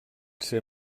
ser